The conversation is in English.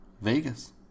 Vegas